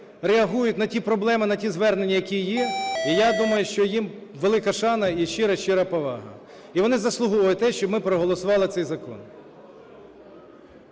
реагують на ті проблеми, на ті звернення, які є. І я думаю, що їм велика шана і щира-щиро повага. І вони заслуговують на те, щоб ми проголосували цей закон.